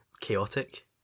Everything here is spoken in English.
chaotic